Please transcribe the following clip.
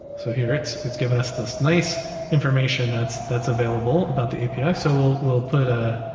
so here it's it's given us this nice information that's that's available about the api. so we'll we'll put a,